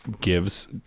gives